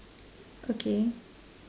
okay